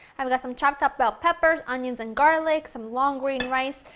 i've got some chopped up bell peppers, onions and garlic, some long grain rice,